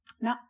No